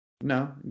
No